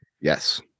Yes